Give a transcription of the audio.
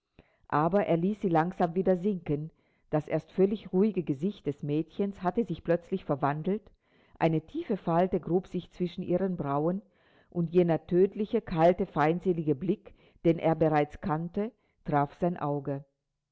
aber er ließ sie langsam wieder sinken das erst völlig ruhige gesicht des jungen mädchens hatte sich plötzlich verwandelt eine tiefe falte grub sich zwischen ihren brauen und jener tödlich kalte feindselige blick den er bereits kannte traf sein auge